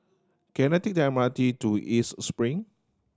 can I take the M R T to East Spring